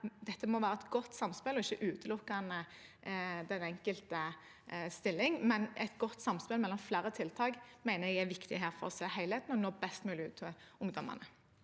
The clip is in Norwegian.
det må handle om et godt samspill og ikke utelukkende den enkelte stilling. Et godt samspill mellom flere tiltak mener jeg er viktig for å se helheten og nå best mulig ut til ungdommene.